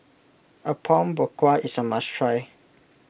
Apom Berkuah is a must try